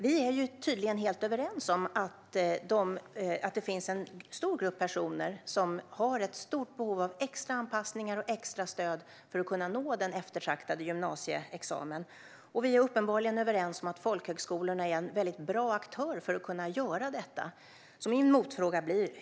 Vi är tydligen helt överens om att en stor grupp personer har stort behov av extra anpassningar och extra stöd för att kunna nå den eftertraktade gymnasieexamen. Och vi är uppenbarligen överens om att folkhögskolan är en bra aktör för det.